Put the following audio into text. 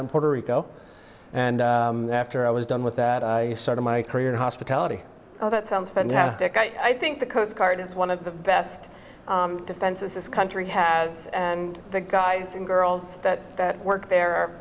in puerto rico and after i was done with that i started my career and hospitality oh that sounds fantastic i think the coast guard is one of the best defenses this country has and the guys and girls that work there